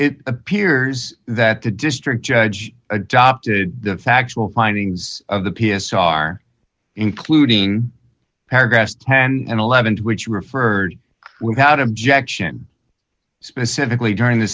it appears that the district judge adopted the factual findings of the p s r including paragraphs and eleven which referred without objection specifically during the